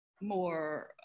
more